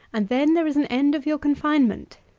and then there is an end of your confinement.